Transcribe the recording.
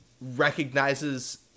recognizes